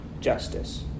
justice